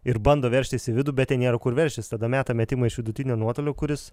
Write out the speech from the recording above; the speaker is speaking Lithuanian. ir bando veržtis į vidų bet ten nėra kur veržtis tada meta metimą iš vidutinio nuotolio kuris